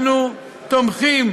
אנחנו תומכים